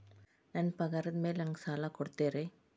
ನನ್ನ ಪಗಾರದ್ ಮೇಲೆ ನಂಗ ಸಾಲ ಕೊಡ್ತೇರಿ?